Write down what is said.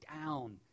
down